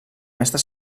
mestre